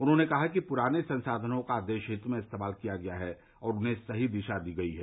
उन्होंने कहा कि पुराने संसाधनों का देशहित में इस्तेमाल किया गया है और उन्हें सही दिशा दी गई है